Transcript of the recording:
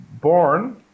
born